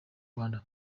rwanda